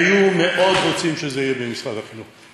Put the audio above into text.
היו מאוד רוצים שזה יהיה במשרד החינוך.